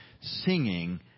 Singing